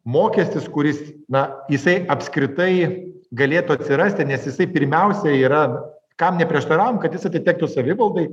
mokestis kuris na jisai apskritai galėtų atsirasti nes jisai pirmiausia yra kam neprieštaravom kad jis atitektų savivaldai